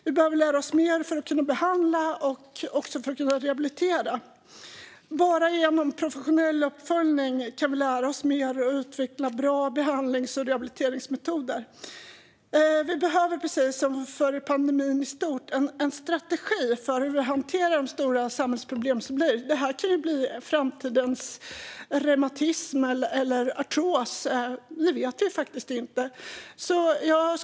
Vi behöver lära oss mer för att kunna behandla och också för att kunna rehabilitera. Bara genom professionell uppföljning kan vi lära oss mer och utveckla bra behandlings och rehabiliteringsmetoder. Vi behöver, precis som när det gäller pandemin i stort, en strategi för hur vi hanterar de stora samhällsproblem som blir. Det här kan ju bli framtidens reumatism eller artros - det vet vi faktiskt inte.